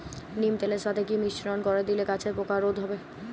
নিম তেলের সাথে কি মিশ্রণ করে দিলে গাছের পোকা রোধ হবে?